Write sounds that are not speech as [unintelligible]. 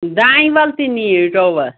دانہِ وَل تہِ نِیِو [unintelligible]